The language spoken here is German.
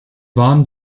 waren